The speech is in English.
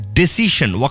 decision